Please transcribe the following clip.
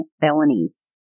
felonies